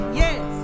yes